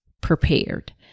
prepared